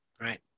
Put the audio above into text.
Right